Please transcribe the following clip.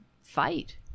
fight